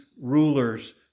ruler's